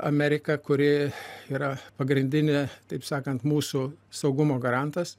amerika kuri yra pagrindinė taip sakant mūsų saugumo garantas